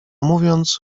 mówiąc